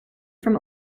from